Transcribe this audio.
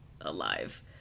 alive